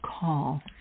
call